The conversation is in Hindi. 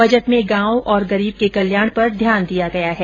बजट में गांव और गरीब के कल्याण पर ध्यान दिया गया है